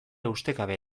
ustekabea